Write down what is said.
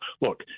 Look